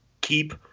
keep